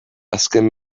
azken